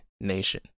nation